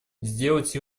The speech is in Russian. сделать